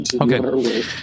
Okay